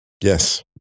Yes